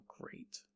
great